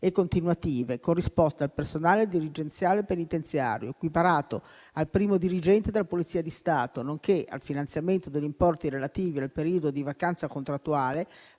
e continuative con risposta al personale dirigenziale penitenziario, equiparato al primo dirigente della Polizia di Stato, nonché al finanziamento degli importi relativi al periodo di vacanza contrattuale,